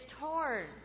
torn